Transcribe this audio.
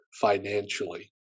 financially